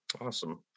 Awesome